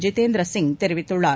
ஜிதேந்திர சிங் தெரிவித்துள்ளார்